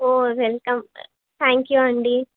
హో welcome thank you అండి